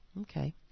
Okay